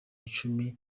icumi